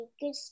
good